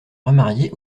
remariée